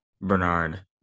Bernard